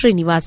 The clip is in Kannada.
ಶ್ರೀನಿವಾಸ್